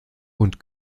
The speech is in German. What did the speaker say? und